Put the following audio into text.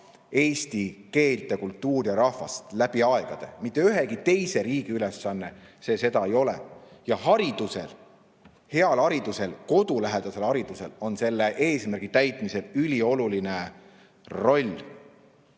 eesti keelt, kultuuri ja rahvast läbi aegade. Mitte ühegi teise riigi ülesanne see ei ole. Haridusel, heal haridusel, kodulähedasel haridusel on selle eesmärgi täitmisel ülioluline roll.